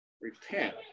Repent